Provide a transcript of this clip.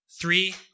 Three